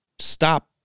stop